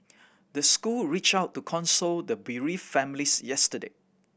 the school reach out to console the bereave families yesterday